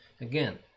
Again